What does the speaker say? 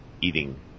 eating